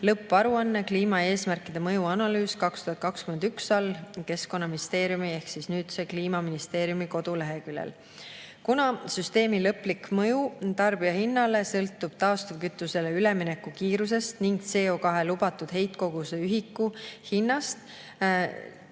"Lõpparuanne: Kliimaeesmärkide mõjuanalüüs [2022]" all keskkonnaministeeriumi ehk siis nüüdse Kliimaministeeriumi koduleheküljel. Kuna süsteemi lõplik mõju tarbijahinnale sõltub taastuvkütusele ülemineku kiirusest ning CO2lubatud heitkoguse ühiku hinnast,